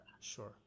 Sure